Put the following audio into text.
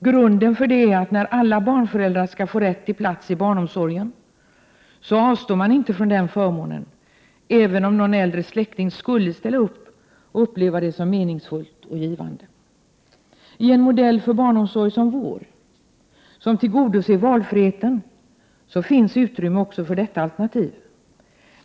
Grunden för detta är att när alla barnföräldrar skall få rätt till plats i barnomsorgen avstår man inte från den förmånen även om någon äldre släkting skulle ställa upp och uppleva detta som meningsfullt och givande. I en modell för barnomsorg som vår, som tillgodoser valfriheten, finns utrymme också för detta alternativ.